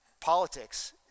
politics